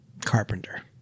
Carpenter